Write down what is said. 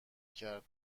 کرد